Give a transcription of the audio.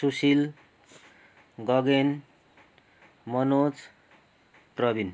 Sushil Gagan Manoj Praveen